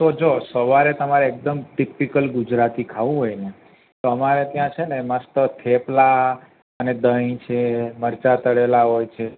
તો જો સવારે તમારે એકદમ ટીપિકલ ગુજરાતી ખાવું હોય ને તો અમારે ત્યાં છે ને મસ્ત થેપલા અને દહીં છે મરચાં તળેલાં હોય છે